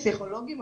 פסיכולוגים,